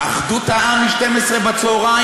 אחדות העם, 12:00?